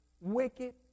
wicked